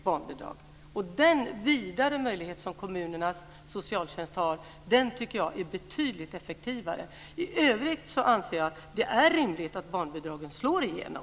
Jag tycker att den vidare möjlighet som kommunernas socialtjänst har är betydligt effektivare. I övrigt anser jag att det är rimligt att barnbidragen slår igenom.